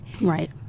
right